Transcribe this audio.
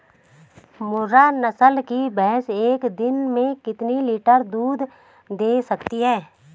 मुर्रा नस्ल की भैंस एक दिन में कितना लीटर दूध दें सकती है?